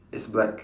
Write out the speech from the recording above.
it's black